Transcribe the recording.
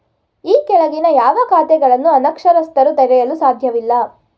ಈ ಕೆಳಗಿನ ಯಾವ ಖಾತೆಗಳನ್ನು ಅನಕ್ಷರಸ್ಥರು ತೆರೆಯಲು ಸಾಧ್ಯವಿಲ್ಲ?